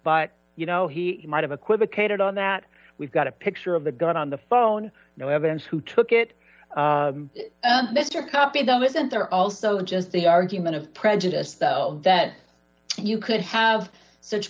but you know he might have equivocated on that we've got a picture of the gun on the phone no evidence who took it mr coffey though isn't there also in just the argument of prejudice though that you could have such